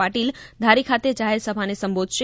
પાટીલ ધારી ખાતે જાહેરસભાને સંબોધશે